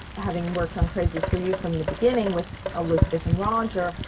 having worked on crazy for you from the beginning with elizabeth and roger,